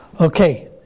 Okay